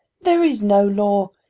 there is no law.